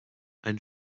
ein